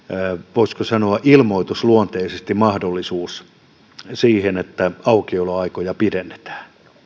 voisiko sanoa ilmoitusluonteisesti mahdollisuus siihen että aukioloaikoja pidennetään